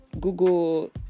Google